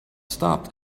stopped